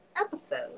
episode